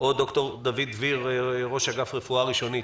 או ד"ר דוד דביר, ראש אגף רפואה ראשונית.